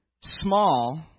small